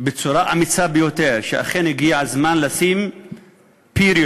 בצורה אמיצה ביותר שאכן הגיע הזמן לשים period,